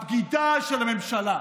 הבגידה של הממשלה.